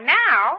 now